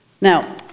Now